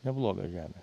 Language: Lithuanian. nebloga žemė